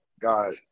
God